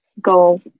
go